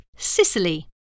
Sicily